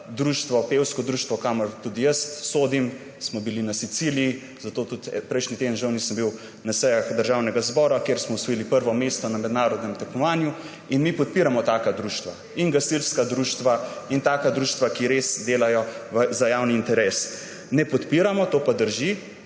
tudi pevsko društvo, v katerega sem jaz vključen. Smo bili na Siciliji − zato tudi prejšnji teden žal nisem bil na sejah Državnega zbora − kjer smo osvojili prvo mesto na mednarodnem tekmovanju. Mi torej podpiramo taka društva in gasilska društva in društva, ki res delajo za javni interes. Ne podpiramo, to pa drži,